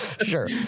sure